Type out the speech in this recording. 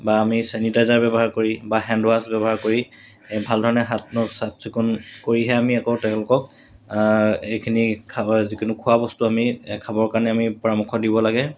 বা আমি চেনিটাইজাৰ ব্যৱহাৰ কৰি বা হেণ্ডৱাছ ব্যৱহাৰ কৰি এই ভালধৰণে হাত মুখ চাফচিকুণ কৰিহে আমি আকৌ তেওঁলোকক এইখিনি খাব যিকোনো খোৱাবস্তু আমি এই খাবৰ কাৰণে আমি পৰামৰ্শ দিব লাগে